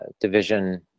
division